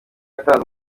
yatanze